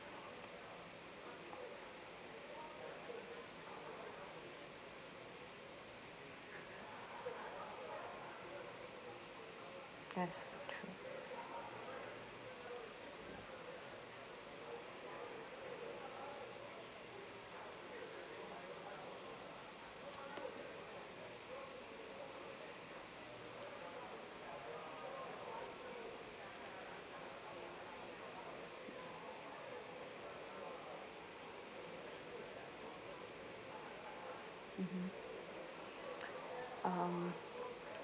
yes true um